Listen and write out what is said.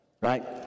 Right